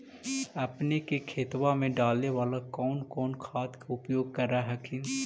अपने के खेतबा मे डाले बाला कौन कौन खाद के उपयोग कर हखिन?